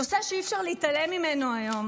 נושא שאי-אפשר להתעלם ממנו היום